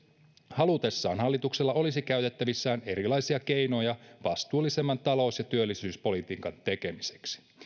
halutessaan hallituksella olisi käytettävissään erilaisia keinoja vastuullisemman talous ja työllisyyspolitiikan tekemiseksi